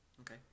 Okay